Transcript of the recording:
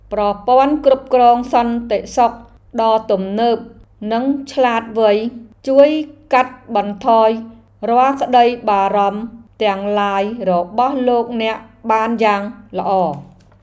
ប្រព័ន្ធគ្រប់គ្រងសន្តិសុខដ៏ទំនើបនិងឆ្លាតវៃជួយកាត់បន្ថយរាល់ក្តីបារម្ភទាំងឡាយរបស់លោកអ្នកបានយ៉ាងល្អ។